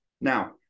Now